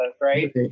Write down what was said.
right